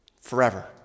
Forever